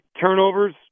turnovers